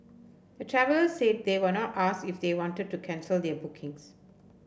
the travellers said they were not asked if they wanted to cancel their bookings